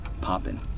popping